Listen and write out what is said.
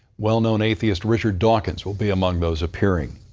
well-known atheist richard dawkins will be among those appearing.